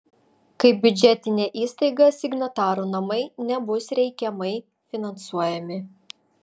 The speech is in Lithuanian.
kaip biudžetinė įstaiga signatarų namai nebus reikiamai finansuojami